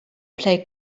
play